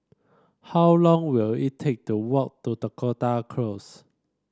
how long will it take to walk to Dakota Close